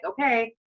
okay